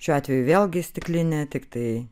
šiuo atveju vėlgi stiklinę tiktai